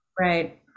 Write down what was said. Right